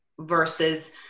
versus